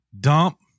dump